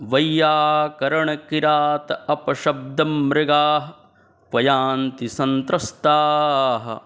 वैय्याकरणकिरातापशब्दमृगाः क्व यान्ति सत्रस्ताः